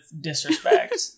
disrespect